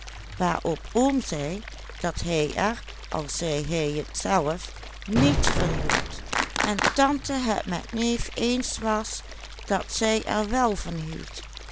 niet van hield en tante het met neef eens was dat zij er wel van